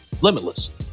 limitless